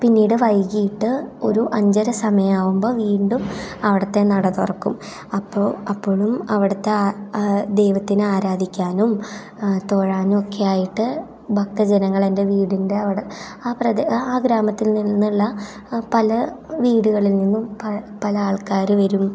പിന്നീട് വൈകീട്ട് ഒരു അഞ്ചര സമയം ആകുമ്പം വീണ്ടും അവിടുത്തെ നട തുറക്കും അപ്പോൾ അപ്പോഴും അവിടുത്തെ ദൈവത്തിന് ആരാധിക്കാനും തൊഴാനും ഒക്കെയായിട്ട് ഭക്തജനങ്ങൾ എൻ്റെ വീടിൻ്റെ അവിടെ അതായത് ആ ഗ്രാമത്തിൽ നിന്നുള്ള പല വീടുകളിൽ നിന്നും പല ആൾക്കാരും വരും